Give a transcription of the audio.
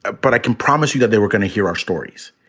ah but i can promise you that they were going to hear our stories.